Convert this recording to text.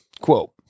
quote